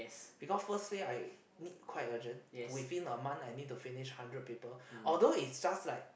because firstly I need quite urgent within a month I need to finish hundred people although it's just like